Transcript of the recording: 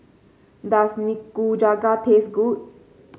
does Nikujaga taste good